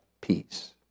peace